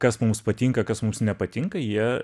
kas mums patinka kas mums nepatinka jie